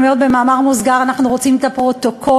אני אומרת במאמר מוסגר: אנחנו רוצים את הפרוטוקולים,